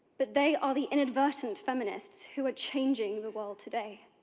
but they are the inadvertent feminists who are changing the world today.